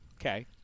Okay